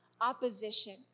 opposition